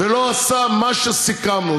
ולא עשה מה שסיכמנו.